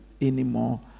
anymore